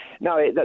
no